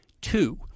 Two